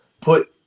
put